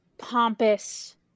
Pompous